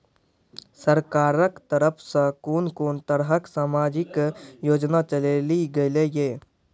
सरकारक तरफ सॅ कून कून तरहक समाजिक योजना चलेली गेलै ये?